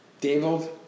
David